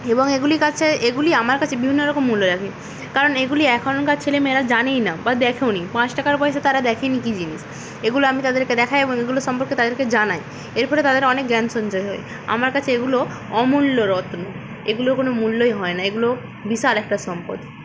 এবং এগুলি কাছে এগুলি আমার কাছে বিভিন্ন রকম মূল্য রাখে কারণ এগুলি এখনকার ছেলে মেয়েরা জানেই না বা দেখেও নি পাঁচ টাকার পয়সা তারা দেখে নি কী জিনিস এগুলো আমি তাদেরকে দেখাই এবং এগুলি সম্পর্কে তাদেরকে জানাই এর ফলে তাদের অনেক জ্ঞান সঞ্চয় হয় আমার কাছে এগুলো অমূল্য রত্ন এগুলোর কোনো মূল্যই হয় না এগুলো বিশাল একটা সম্পদ